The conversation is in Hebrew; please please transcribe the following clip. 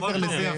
מעבר לזה,